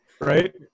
Right